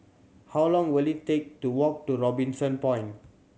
how long will it take to walk to Robinson Point